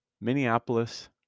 Minneapolis